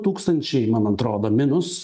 tūkstančiai man atrodo minus